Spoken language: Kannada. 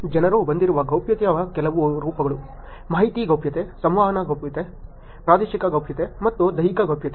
ಜನರು ಬಂದಿರುವ ಗೌಪ್ಯತೆಯ ಕೆಲವು ರೂಪಗಳು ಮಾಹಿತಿ ಗೌಪ್ಯತೆ ಸಂವಹನ ಗೌಪ್ಯತೆ ಪ್ರಾದೇಶಿಕ ಗೌಪ್ಯತೆ ಮತ್ತು ದೈಹಿಕ ಗೌಪ್ಯತೆ